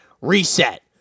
reset